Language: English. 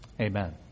Amen